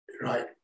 right